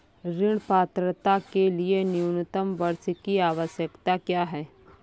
ऋण पात्रता के लिए न्यूनतम वर्ष की आवश्यकता क्या है?